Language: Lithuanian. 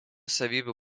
savybių